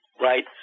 Right